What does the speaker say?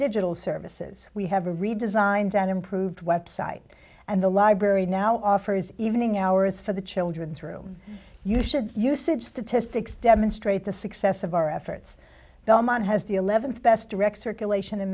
digital services we have a redesigned and improved website and the library now offers evening hours for the children's room you should use it statistics demonstrate the success of our efforts belmont has the eleventh best direct circulation in